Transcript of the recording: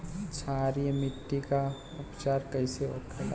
क्षारीय मिट्टी का उपचार कैसे होखे ला?